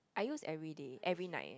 I use everyday every night eh